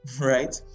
right